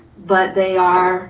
but they are